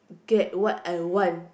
get what I want